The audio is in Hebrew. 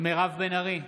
מירב בן ארי,